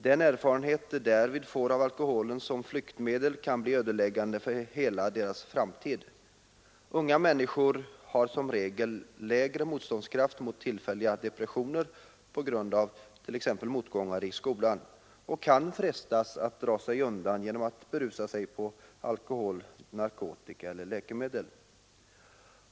Den erfarenhet de därvid får av alkohol som flyktmedel kan bli ödeläggande för hela deras framtid. Unga människor har som regel lägre motståndskraft mot tillfälliga depressioner, t.ex. på grund av motgångar i skolan, och de kan frestas att dra sig undan genom att berusa sig på alkohol, narkotika eller läkemedel.